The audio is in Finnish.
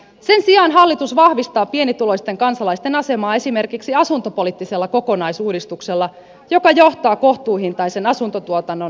sen sijaan hallitus vahvistaa pienituloisten kansalaisten asemaa esimerkiksi asuntopoliittisella kokonaisuudistuksella joka johtaa kohtuuhintaisen asuntotuotannon lisääntymiseen